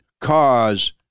cause